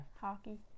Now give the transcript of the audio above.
Hockey